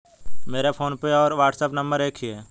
मेरा फोनपे और WhatsApp number एक ही है